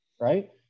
right